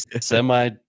semi